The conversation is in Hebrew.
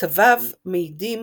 כתביו מעידים